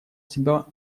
себя